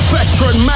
Veteran